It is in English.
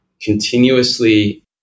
continuously